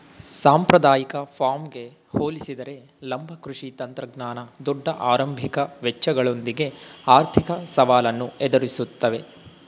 ಸಾಂಪ್ರದಾಯಿಕ ಫಾರ್ಮ್ಗೆ ಹೋಲಿಸಿದರೆ ಲಂಬ ಕೃಷಿ ತಂತ್ರಜ್ಞಾನ ದೊಡ್ಡ ಆರಂಭಿಕ ವೆಚ್ಚಗಳೊಂದಿಗೆ ಆರ್ಥಿಕ ಸವಾಲನ್ನು ಎದುರಿಸ್ತವೆ